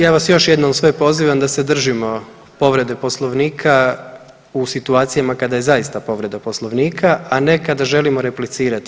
Ja vas još jednom sve pozivam da se držimo povrede Poslovnika u situacijama kada je zaista povreda Poslovnika, a ne kada želimo replicirati.